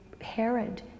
Herod